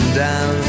down